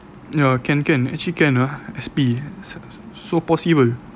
ya can can actually can ah S_P so possible